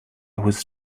was